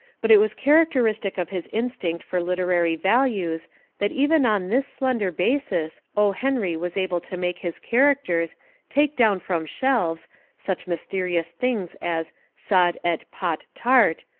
but it was characteristic of his instinct for literary values that even on this slender basis o. henry was able to make his characters take down from shelves such mys terious things as sod. et pot. tart,